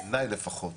בעיני לפחות,